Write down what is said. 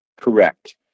Correct